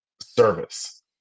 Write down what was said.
service